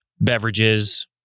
beverages